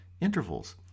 intervals